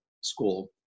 school